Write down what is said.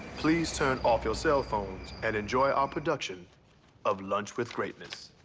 please turn off your cell phones and enjoy our production of lunch with greatness.